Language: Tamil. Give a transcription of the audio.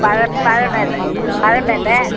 பழம் பழம்பேட்டை பழம்பேட்டை